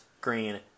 Green